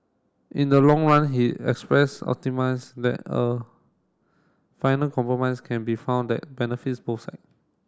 in the long run he expressed optimise that a final compromise can be found that benefits both side